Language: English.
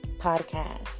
Podcast